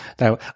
Now